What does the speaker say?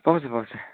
पाउँछ पाउँछ